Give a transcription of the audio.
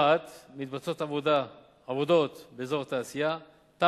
רהט, מתבצעות עבודות באזור התעשייה, ד.